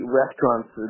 restaurants